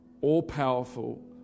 all-powerful